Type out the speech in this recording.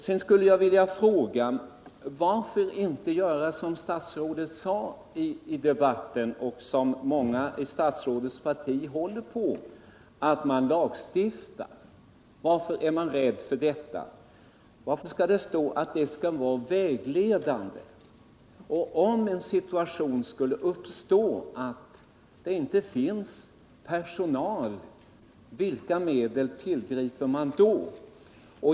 Sedan skulle jag vilja fråga: Varför inte göra som statsrådet sade i debatten och som många i statsrådets parti anser att man skall göra, nämligen lagstifta på det här området? Varför är man rädd att göra detta? Varför uttrycka det så att anvisningarna är ”vägledande”? Om den situationen skulle uppstå att det inte finns tillräckligt med personal, vilka medel tillgriper man då?